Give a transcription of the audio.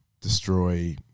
destroy